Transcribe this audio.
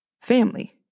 family